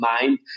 mind